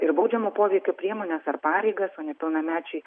ir baudžiamo poveikio priemones ar pareigas o nepilnamečiui